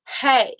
Hey